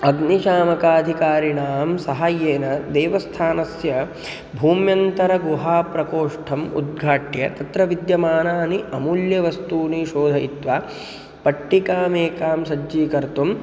अग्निशामकाधिकारिणां सहायेन देवस्थानस्य भूम्यन्तरगुहाप्रकोष्ठम् उद्घाट्य तत्र विद्यमानानि अमूल्यवस्तूनि शोधयित्वा पट्टिकामेकां सज्जीकर्तुम्